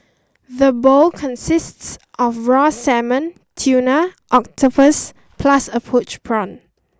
the bowl consists of raw salmon tuna octopus plus a poached prawn